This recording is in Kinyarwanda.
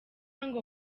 ngo